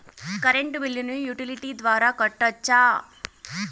Current బిల్లును utility ద్వారా కట్టొచ్చా?